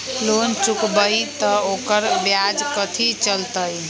Loan चुकबई त ओकर ब्याज कथि चलतई?